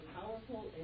powerful